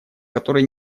который